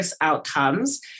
outcomes